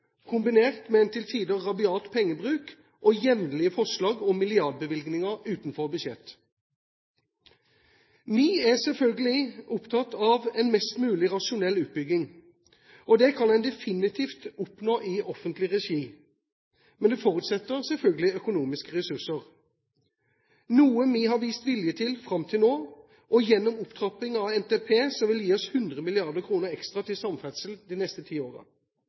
kombinert med en til tider rabiat pengebruk og jevnlige forslag om milliardbevilgninger utenfor budsjett. Vi er selvfølgelig opptatt av en mest mulig rasjonell utbygging, og det kan en definitivt oppnå i offentlig regi, men det forutsetter selvfølgelig økonomiske ressurser, noe vi har vist vilje til fram til nå og gjennom opptrapping av NTP, som vil gi oss 100 mrd. kr ekstra til samferdsel de neste ti